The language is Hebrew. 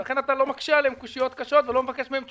לכן אתה לא מקשה עליהם קושיות קשות ולא מבקש מהם תשובות,